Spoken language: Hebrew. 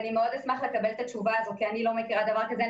אני מאוד אשמח לקבל את התשובה הזאת כי אני לא מכירה דבר כזה.